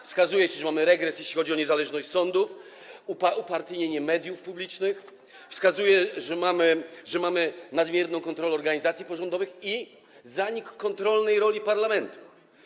Wskazuje się, że mamy regres, jeśli chodzi o niezależność sądów, upartyjnienie mediów publicznych, wskazuje się, że mamy nadmierną kontrolę organizacji pozarządowych i zanik kontrolnej roli parlamentu.